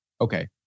Okay